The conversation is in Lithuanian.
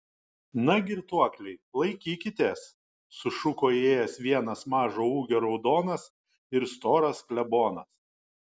na girtuokliai laikykitės sušuko įėjęs vienas mažo ūgio raudonas ir storas klebonas